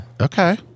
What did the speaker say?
Okay